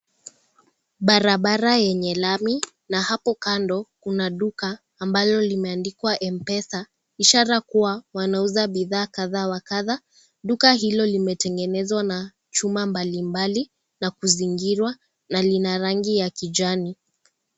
Barabara yenye lami na hapo kando kuna duka ambalo limeandikwa M-pesa ishara kuwa wanauza bidhaa kadha wa kadha, duka hilo limetengenezwa na chuma mbalimbali na kuzingirwa na lina rangi ya kijani.